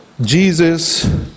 Jesus